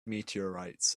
meteorites